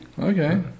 Okay